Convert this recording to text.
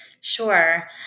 Sure